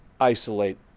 isolate